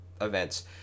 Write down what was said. events